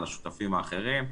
לשותפים האחרים.